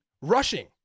rushing